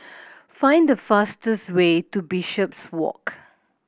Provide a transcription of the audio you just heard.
find the fastest way to Bishopswalk